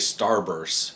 Starburst